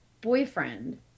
boyfriend